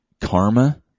Karma